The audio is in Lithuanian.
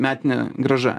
metinė grąža